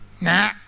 nah